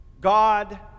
God